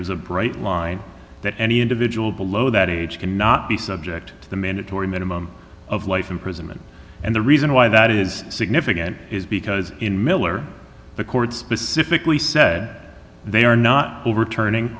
is a bright line that any individual below that age cannot be subject to the mandatory minimum of life imprisonment and the reason why that is significant is because in miller the court specifically said they are not overturning